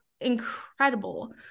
incredible